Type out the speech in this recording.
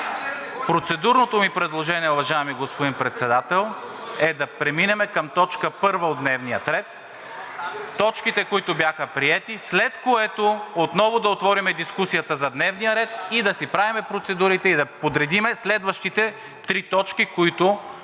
Процедурното ми предложение, уважаеми господин Председател, е да преминем към т. 1 от дневния ред, точките, които бяха приети, след което отново да отворим дискусията за дневния ред и да си правим процедурите, и да подредим следващите три точки. Така